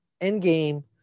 Endgame